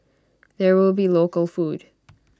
there will be local food